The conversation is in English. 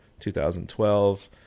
2012